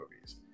movies